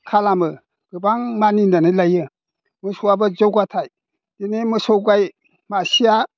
खालामो गोबां मानिनानै लायो मोसौआबो जौगाथाय दिनै मोसौ गाय मासेया